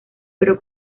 pero